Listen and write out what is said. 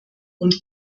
und